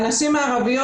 הנשים הערביות,